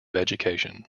education